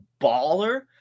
baller